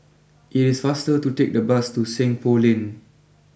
it is faster to take the bus to Seng Poh Lane